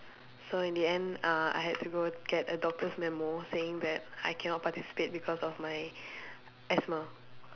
so in the end uh I had to go get a doctor's memo saying that I cannot participate because of my asthma